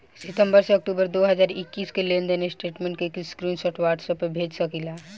सितंबर से अक्टूबर दो हज़ार इक्कीस के लेनदेन स्टेटमेंट के स्क्रीनशाट व्हाट्सएप पर भेज सकीला?